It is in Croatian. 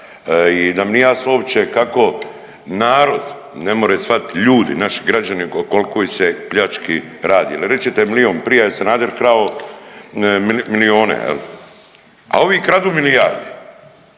i da mi nije jasno uopće kako narod nemore svatit, ljudi, naši građani o kolkoj se pljački radi …/Govornik se ne razumije/…milijon, prije je Sanader krao milijone jel, a ovi kradu milijarde,